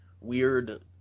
weird